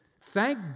thank